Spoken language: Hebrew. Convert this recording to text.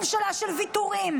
ממשלה של ויתורים,